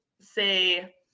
say